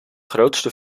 grootste